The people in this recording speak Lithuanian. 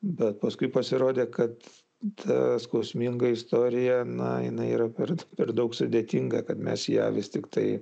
bet paskui pasirodė kad ta skausminga istorija na jinai yra per per daug sudėtinga kad mes ją vis tiktai